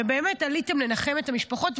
עליתם לנחם את המשפחות,